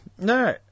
no